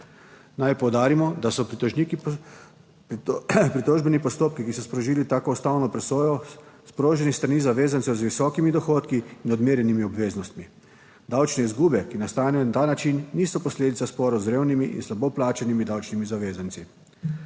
Naj poudarimo, da so pritožbeni postopki, ki so sprožili tako ustavno presojo sproženi s strani zavezancev z visokimi dohodki in odmerjenimi obveznostmi. Davčne izgube, ki nastanejo na ta način niso posledica sporov z revnimi in slabo plačanimi davčnimi zavezanci.